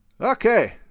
Okay